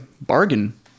bargain